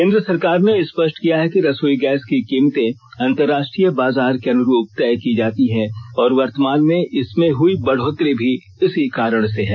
केंद्र सरकार ने स्पष्ट किया है कि रसोई गैस की कीमतें अंतर्राष्ट्रीय बाजार के अनुरूप तय की जाती हैं और वर्तमान में इसमें हुई बढोत्तरी भी इसी कारण से है